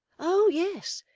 oh yes!